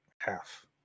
half